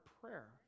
prayer